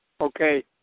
Okay